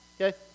Okay